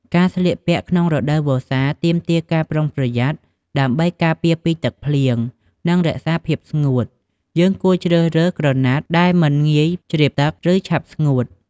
ការស្លៀកពាក់ក្នុងរដូវវស្សា ទាមទារការប្រុងប្រយ័ត្នដើម្បីការពារពីទឹកភ្លៀង និងរក្សាភាពស្ងួត។ យើងគួរជ្រើសរើស ក្រណាត់ដែលមិនងាយជ្រាបទឹក ឬ ឆាប់ស្ងួត។